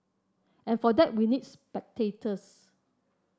and for that we need spectators